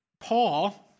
Paul